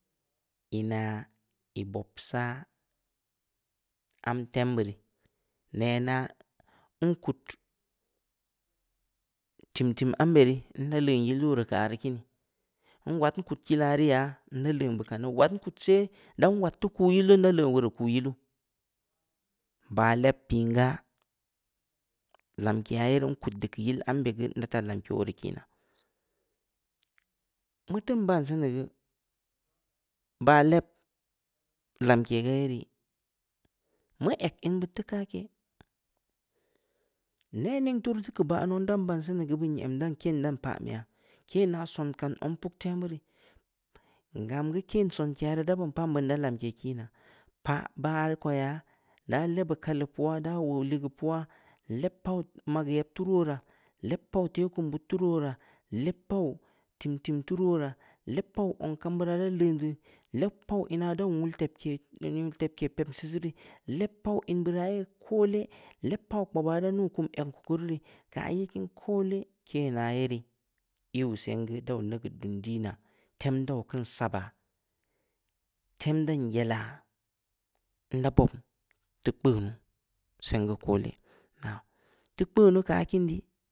Iinaa ii bob saa, am tem beu rii, nenaah nkud, timtim ambe rii, nda leun yileu wooraa keu aah rii kiini, nwad nkud lii gaa rii yaa, nda leun beu kanii, waad nkud seh, daan wad teu kuu yileu, ndaa leun weuruu kuu yiilu, baah leb piin gaa lamkeya ye riinkud ya keu yill ambe geu, ndaa taa lamke oo rii kii naa, mu teun ban seni geu, baah leb lamke gaa ye rii, mu eg in beud teu kakeh, nening turuu teu keu baah nou, dan baan senii geu beun em dan ken dan pabe ya, kena son kan zong puk temu rii, ngam geu ken sonkeya rii, da beun pan beun da lamke kiinaqa, paah baajh rii ko yaa, da lebue kaleu puuwaa, da weuw ligeu puwaa, leb pauw mageu yeb tu ruu wo raa, leb pwuw tekum beud tu ruu wo raa, leb pauw timtim tu ruu wor raa, leb pauw zong kam beu raa da leun dii, leb ina dau nwul tebke-tebke pepm sisii rii, leb pauw in beuraa yee koole, leb pauw kpoobaa da nuu kum egm keu keuru rii, keu aah ye kiin koole, kena ye riiiiuw sen geu, dau neugeud dun dii naa, tem dau keun sabaa, tem dan yellaa, nda bobm teu kpeunuu, seng geu koole. nnaa, teu kpeunuu keu aah kiin dii